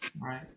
Right